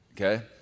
okay